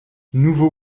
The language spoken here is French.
nouveau